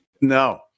No